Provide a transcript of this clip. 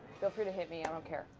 feel free to hit me. i don't care.